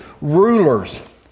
rulers